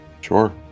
Sure